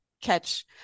catch